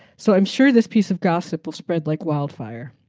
so i'm sure this piece of gossip will spread like wildfire.